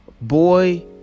boy